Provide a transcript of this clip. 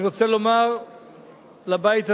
אני רוצה לומר לבית הזה,